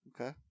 Okay